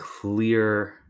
clear